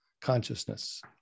consciousness